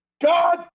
god